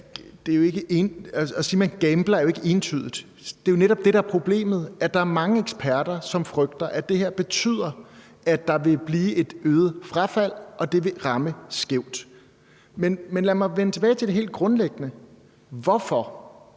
At sige, at man gambler, er jo ikke entydigt. Det er jo netop det, der er problemet; der er mange eksperter, som frygter, at det her betyder, at der vil blive et øget frafald og det vil ramme skævt. Men lad mig vende tilbage til det helt grundlæggende. Hvorfor